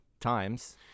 times